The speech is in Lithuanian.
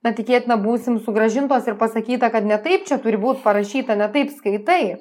na tikėtina būsim sugrąžintos ir pasakyta kad ne taip čia turi būt parašyta ne taip skaitai